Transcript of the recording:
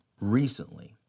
recently